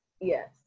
yes